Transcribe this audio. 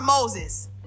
Moses